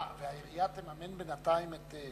והעירייה תממן בינתיים את,